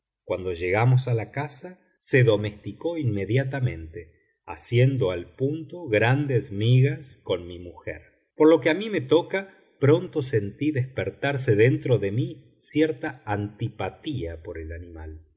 cuando llegamos a la casa se domesticó inmediatamente haciendo al punto grandes migas con mi mujer por lo que a mí toca pronto sentí despertarse dentro de mí cierta antipatía por el animal